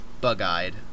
bug-eyed